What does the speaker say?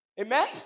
Amen